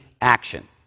action